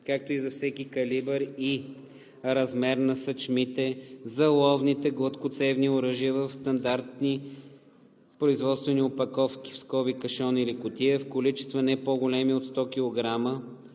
както и за всеки калибър и размер на сачмите за ловните гладкоцевни оръжия в стандартни производствени опаковки (кашон или кутия) в количества не по-големи от 100 кг